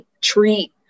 treat